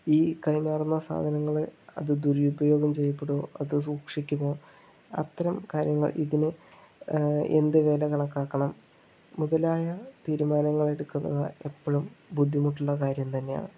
ഈ കൈമാറുന്ന സാധനങ്ങൾ അത് ദുരുപയോഗം ചെയ്യപ്പെടുമോ അതോ സൂക്ഷിക്കുമോ അത്തരം കാര്യങ്ങൾ ഇതിന് എന്ത് വില കണക്കാക്കണം മുതലായ തീരുമാനങ്ങളെടുക്കുന്ന എപ്പോഴും ബുദ്ധിമുട്ടുള്ള കാര്യം തന്നെയാണ്